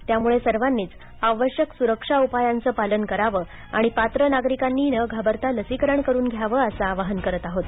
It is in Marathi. त्यामुळे सर्वांनीच सुरक्षा उपायांचं पालन करावं आणि पात्र नागरिकांनी न घाबरता लसीकरण करून घ्यावं असं आवाहन करत आहोत